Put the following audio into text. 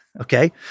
Okay